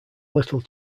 little